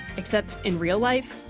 except in real life,